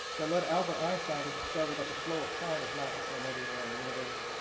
that led albert einstein to discover that the flow of time is not the same everywhere in the universe.